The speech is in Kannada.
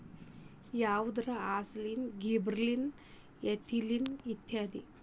ಯಾವಂದ್ರ ಅಕ್ಸಿನ್, ಗಿಬ್ಬರಲಿನ್, ಎಥಿಲಿನ್ ಇತ್ಯಾದಿ